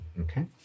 okay